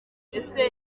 ese